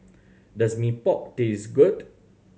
does Mee Pok taste good